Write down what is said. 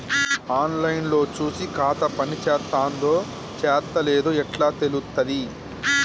On line లో చూసి ఖాతా పనిచేత్తందో చేత్తలేదో ఎట్లా తెలుత్తది?